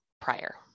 prior